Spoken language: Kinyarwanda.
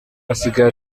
asigaye